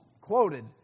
quoted